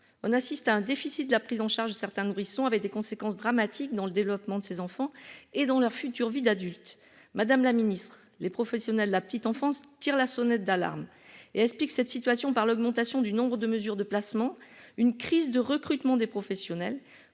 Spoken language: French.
on assiste à un déficit de la prise en charge certains nourrissons avec des conséquences dramatiques dans le développement de ses enfants et dans leur future vie d'adulte, madame la Ministre, les professionnels de la petite enfance tire la sonnette d'alarme et explique cette situation par l'augmentation du nombre de mesures de placement, une crise de recrutement des professionnels,